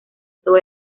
todo